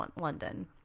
London